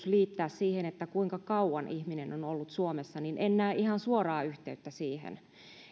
liittää se kuinka kauan ihminen on ollut suomessa en näe ihan suoraa yhteyttä siihen